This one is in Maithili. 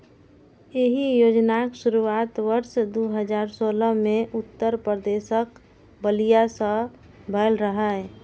एहि योजनाक शुरुआत वर्ष दू हजार सोलह मे उत्तर प्रदेशक बलिया सं भेल रहै